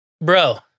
Bro